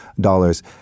dollars